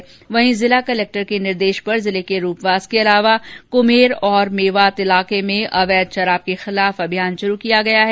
इस बीच जिला कलक्टर के निर्देश पर जिले के रूपवास के अलावा कुम्हेर और मेवात इलाके में अवैध शराब के खिलाफ अभियान शुरू किया गया है